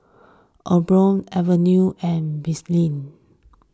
Omron Avene and Betadine